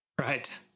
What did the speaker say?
Right